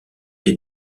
des